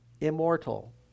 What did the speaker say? immortal